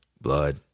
blood